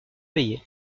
payer